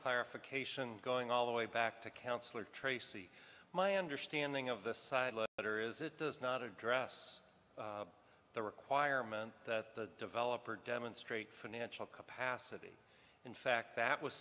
clarification going all the way back to counselor tracy my understanding of this letter is it does not address the requirement that the developer demonstrate financial capacity in fact that was